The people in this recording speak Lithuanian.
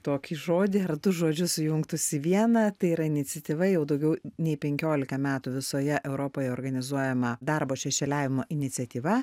tokį žodį ar du žodžius sujungtus į vieną tai yra iniciatyva jau daugiau nei penkiolika metų visoje europoje organizuojama darbo šešėliavimo iniciatyva